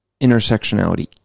intersectionality